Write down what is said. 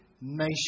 nation